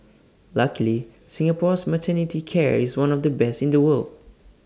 luckily Singapore's maternity care is one of the best in the world